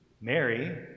Mary